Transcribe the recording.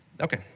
okay